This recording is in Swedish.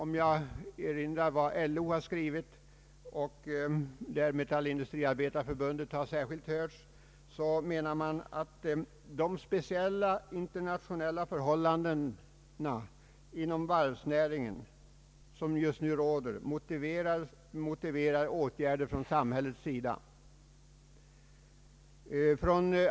Från LO, där särskilt Metallindustriarbetarförbundet har hörts, menar man att de speciella internationella förhållandena inom varvsnäringen just nu motiverar åtgärder från samhällets sida.